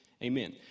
Amen